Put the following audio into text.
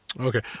Okay